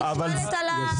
אני שואלת על הסעיפים.